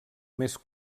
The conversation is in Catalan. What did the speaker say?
més